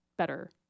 better